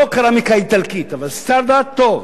לא קרמיקה איטלקית, אבל סטנדרט טוב,